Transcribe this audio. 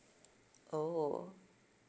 oh